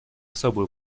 особый